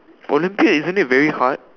Olympiad isn't it very hard